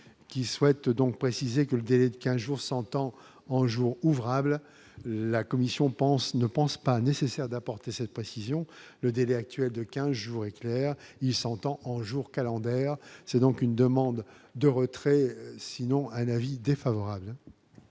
qui souhaitent donc préciser que le délai de 15 jours, sentant en jours ouvrables la Commission pense ne pensent pas nécessaire d'apporter cette précision : le délai actuel de 15 jours est clair, il s'entend en jours calendaires, c'est donc une demande de retrait sinon un avis défavorable.